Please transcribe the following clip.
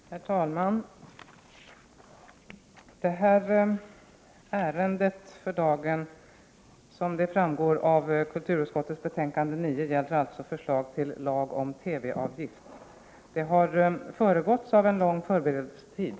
Herr talman! Detta ärende för dagen gäller alltså, som framgår av kulturutskottets betänkande nr 9, förslag till lag om TV-avgift. Det har föregåtts av en lång förberedelsetid.